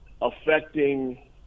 affecting